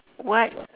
what